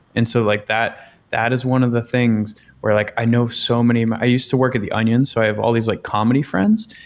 and so like that that is one of the things where like i know so many i used to work at the onions, so i have all these like comedy friends,